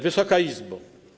Wysoka Izbo!